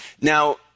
Now